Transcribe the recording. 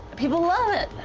people love it,